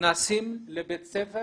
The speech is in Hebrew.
נכנסים לבית ספר